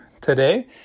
today